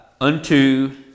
Unto